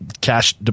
cash